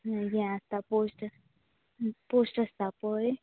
हें आसता पोस्ट आसता पोस्ट आसता पळय